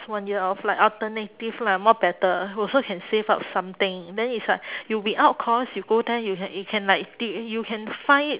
one year off like alternative lah more better also can save up something then it's like you without cos you go there you can you can like tip you can find